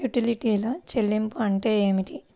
యుటిలిటీల చెల్లింపు అంటే ఏమిటి?